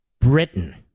Britain